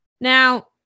Now